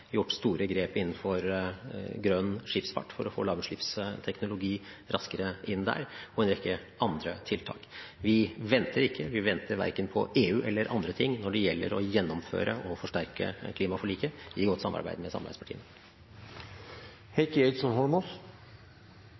gjort store grep innenfor grønn skipsfart for å få lavutslippsteknologi raskere inn der, og en rekke andre tiltak. Vi venter ikke, vi venter verken på EU eller andre ting når det gjelder å gjennomføre og forsterke klimaforliket i godt samarbeid med samarbeidspartiene.